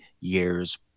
years